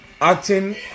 Acting